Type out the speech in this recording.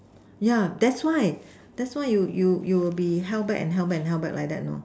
yeah that's why that's why you you you will be held back and held back like that you know